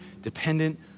dependent